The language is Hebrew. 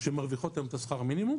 שמרוויחות היום את שכר המינימום